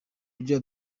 buryo